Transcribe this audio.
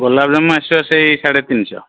ଗୋଲାପଜାମୁ ଆସିବ ସେହି ସାଢ଼େ ତିନି ଶହ